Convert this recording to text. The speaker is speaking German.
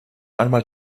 einmal